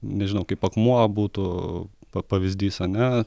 nežinau kaip akmuo būtų pa pavyzdys ane